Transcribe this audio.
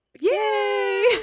Yay